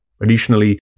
Additionally